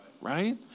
right